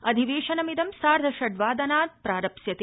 अधिवेशनमिदं सार्द्ध षड्वादनाद् प्रारप्स्यते